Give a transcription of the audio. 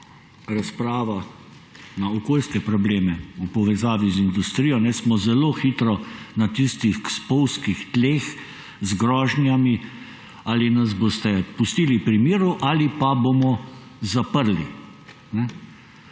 razprava na okoljske probleme v povezavi z industrijo, smo zelo hitro na tistih spolzkih tleh z grožnjami, ali nas boste pustili pri miru ali pa bomo zaprli.